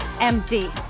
empty